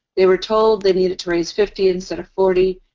they were told they needed to raise fifty instead of forty,